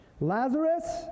Lazarus